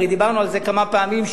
הרי דיברנו על זה כמה פעמים,